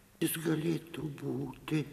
jis galėtų būti